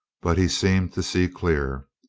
but he seemed to see clear.